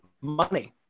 money